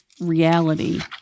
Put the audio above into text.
reality